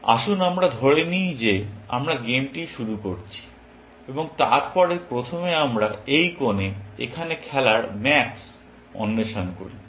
আসুন আমরা ধরে নিই যে আমরা গেমটি শুরু করছি এবং তারপরে প্রথমে আমরা এই কোণে এখানে খেলার ম্যাক্স অন্বেষণ করি